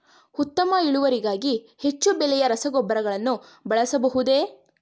ಉತ್ತಮ ಇಳುವರಿಗಾಗಿ ಹೆಚ್ಚು ಬೆಲೆಯ ರಸಗೊಬ್ಬರಗಳನ್ನು ಬಳಸಬಹುದೇ?